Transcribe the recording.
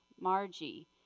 Margie